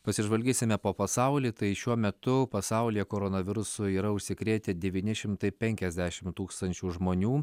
pasižvalgysime po pasaulį tai šiuo metu pasaulyje koronavirusu yra užsikrėtę devyni šimtai penkiasdešimt tūkstančių žmonių